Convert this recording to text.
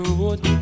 road